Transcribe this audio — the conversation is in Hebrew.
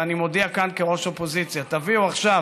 ואני מודיע כאן כראש אופוזיציה: תביאו עכשיו